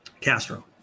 Castro